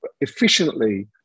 efficiently